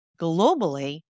globally